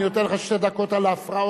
אני נותן לך שתי דקות על ההפרעות,